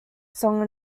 song